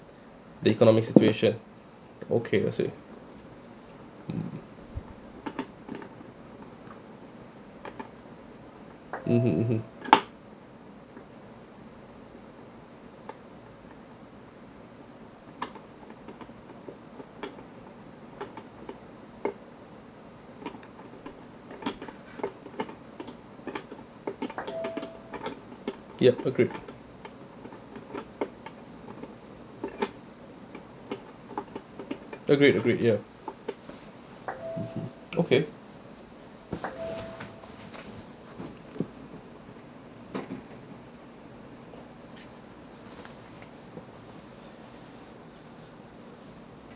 the economic situation okay I say mm mmhmm mmhmm yup agree agree agree ya okay